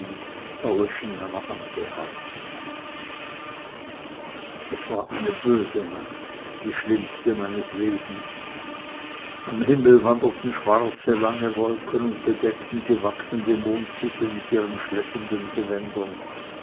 erlöschen meiner ampel harrte es war eine böse nacht die schlimmste meines lebens am himmel wanderten schwarze lange wolken und bedeckten die wachsende mondsichel mit ihren schleppenden gewändern